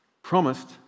promised